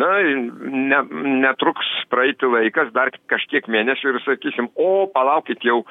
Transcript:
na ne netruks praeiti laikas dar kažkiek mėnesių ir sakysim o palaukit jau